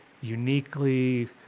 uniquely